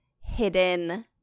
hidden